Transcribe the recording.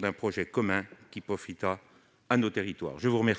d'un projet commun qui profitera à nos territoires ! La parole